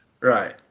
Right